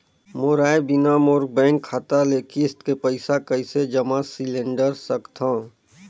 मोर आय बिना मोर बैंक खाता ले किस्त के पईसा कइसे जमा सिलेंडर सकथव?